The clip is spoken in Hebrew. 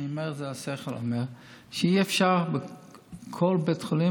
אני אומר שהשכל אומר שאי-אפשר שכל בית חולים